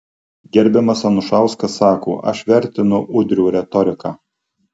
gerbiamas anušauskas sako aš vertinu udrio retoriką